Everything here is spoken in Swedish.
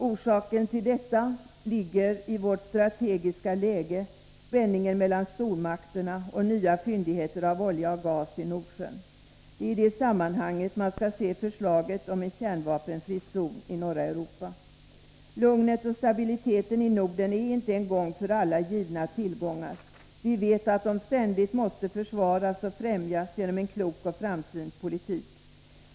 Orsaken till detta ligger i vårt strategiska läge, spänningen mellan stormakterna och nya fyndigheter av olja och gas i Nordsjön. Det är i det sammanhanget man skall se förslaget om en kärnvapenfri zon i norra Europa. Lugnet och stabiliteten i Norden är inte en gång för alla givna tillgångar. Vi vet att de ständigt måste försvaras och främjas genom en klok och framsynt politik.